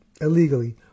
illegally